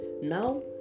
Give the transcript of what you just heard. Now